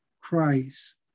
Christ